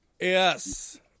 Yes